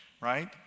right